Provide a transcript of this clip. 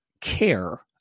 care